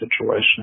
situation